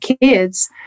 kids